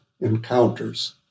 encounters